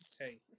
hey